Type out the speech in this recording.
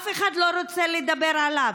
אף אחד לא רוצה לדבר עליו,